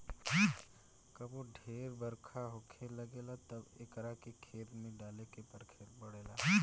कबो ढेर बरखा होखे लागेला तब एकरा के खेत में डाले के पड़ेला